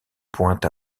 point